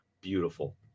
Beautiful